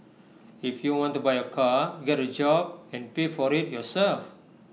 if you want to buy A car get A job and pay for IT yourself